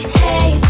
hey